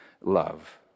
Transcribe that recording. love